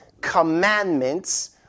commandments